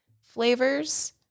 flavors